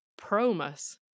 Promus